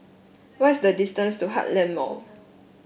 what is the distance to Heartland Mall